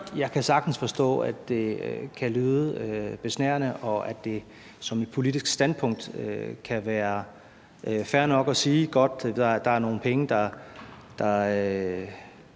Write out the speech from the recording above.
Jeg kan sagtens forstå, at det kan lyde besnærende, og at det som et politisk standpunkt kan være fair nok at sige: Godt, der er nogle penge, der